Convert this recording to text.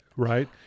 Right